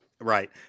Right